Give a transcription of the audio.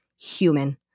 human